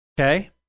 Okay